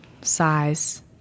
size